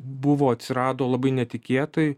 buvo atsirado labai netikėtai